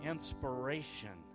inspiration